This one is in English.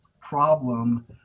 problem